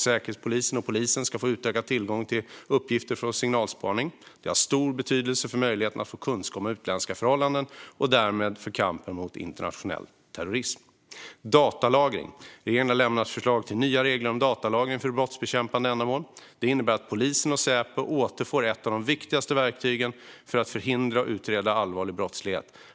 Säkerhetspolisen och polisen ska få utökad tillgång till uppgifter från signalspaning. Det har stor betydelse för möjligheterna att få kunskap om utländska förhållanden och därmed för kampen mot internationell terrorism. Datalagring. Regeringen har lämnat förslag till nya regler om datalagring för brottsbekämpande ändamål. Det innebär att polisen och Säpo återfår ett av de viktigaste verktygen för att förhindra och utreda allvarlig brottslighet.